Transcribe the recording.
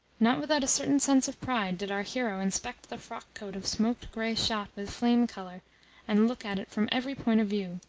not without a certain sense of pride did our hero inspect the frockcoat of smoked grey shot with flame colour and look at it from every point of view,